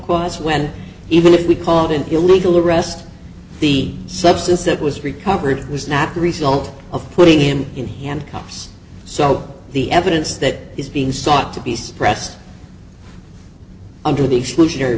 cause when even if we called an illegal arrest the substance that was recovered was not result of putting him in handcuffs so the evidence that is being sought to be suppressed under the exclusionary